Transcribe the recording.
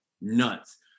Nuts